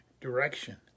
direction